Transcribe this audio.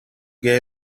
get